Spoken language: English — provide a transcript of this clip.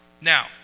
now